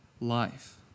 life